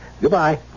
Goodbye